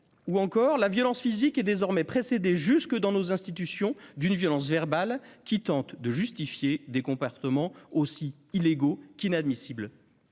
». En outre, « la violence physique est désormais précédée jusque dans nos institutions d'une violence verbale qui tente de justifier des comportements aussi illégaux qu'inadmissibles